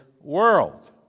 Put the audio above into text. world